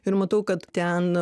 ir matau kad ten